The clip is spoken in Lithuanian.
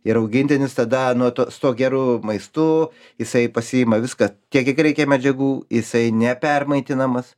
ir augintinis tada nuo su tuo geru maistu jisai pasiima viską tiek kiek reikia medžiagų jisai nepermaitinamas